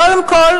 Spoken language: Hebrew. קודם כול,